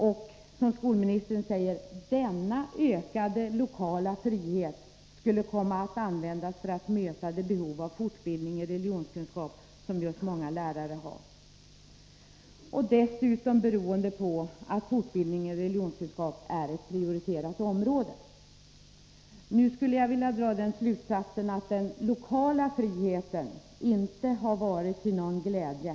Den tidigare skolministern framhöll att denna ökade lokala frihet skulle komma att användas för att möta det behov av fortbildning i religionskunskap som just många lärare har — dessutom beroende på att fortbildningen i religionskunskap är ett prioriterat område. Jag skulle vilja dra den slutsatsen att den lokala friheten inte varit till någon glädje.